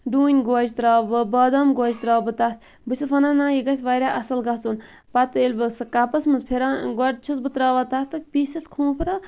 ڈوٗنۍ گوجہِ تراوٕ بہٕ بادَم گوجہِ تراوٕ بہٕ تتھ بہٕ چھَس وَنان نہَ یہِ گَژھِ واریاہ اصٕل گَژھُن پَتہٕ ییٚلہِ بہٕ سُہ کَپَس مَنٛز پھِران گۄڈٕ چھَس بہٕ تراوان تتھ پیٖسِتھ کھوٗپرٕ